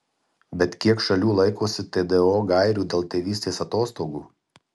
bet kiek šalių laikosi tdo gairių dėl tėvystės atostogų